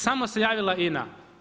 Samo se javila INA.